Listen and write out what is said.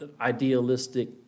idealistic